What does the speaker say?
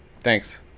Thanks